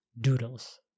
doodles